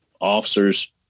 officers